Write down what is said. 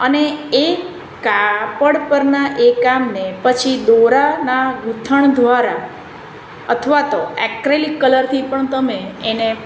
અને એ કાપડ પરના એ કામને પછી દોરાના ગૂંથણ દ્વારા અથવા તો એક્રેલિક કલરથી પણ તમે એને